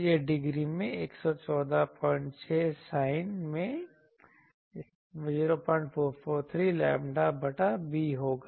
यह डिग्री में 1146 sin में 0443 लैम्ब्डा बटा b होगा